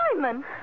Simon